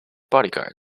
bodyguard